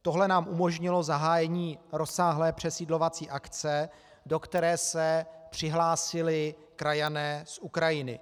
Tohle nám umožnilo zahájení rozsáhlé přesídlovací akce, do které se přihlásili krajané z Ukrajiny.